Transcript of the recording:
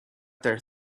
there